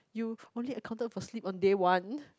you only accounted for sleep on day one